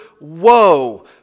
woe